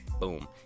boom